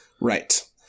Right